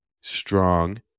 strong